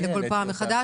הסוגיה הזאת לא תיפתר כאן,